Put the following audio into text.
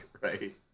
right